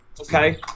Okay